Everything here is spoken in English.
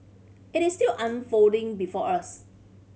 it is still unfolding before us